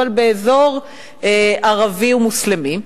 אבל באזור ערבי ומוסלמי,